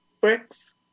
Bricks